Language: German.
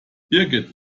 birgit